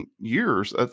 years